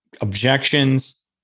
objections